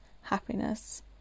happiness